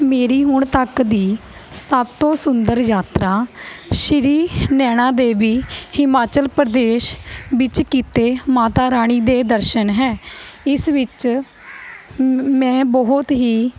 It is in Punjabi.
ਮੇਰੀ ਹੁਣ ਤੱਕ ਦੀ ਸਭ ਤੋਂ ਸੁੰਦਰ ਯਾਤਰਾ ਸ਼੍ਰੀ ਨੈਣਾਂ ਦੇਵੀ ਹਿਮਾਚਲ ਪ੍ਰਦੇਸ਼ ਵਿੱਚ ਕੀਤੇ ਮਾਤਾ ਰਾਣੀ ਦੇ ਦਰਸ਼ਨ ਹੈ ਇਸ ਵਿੱਚ ਮੈਂ ਬਹੁਤ ਹੀ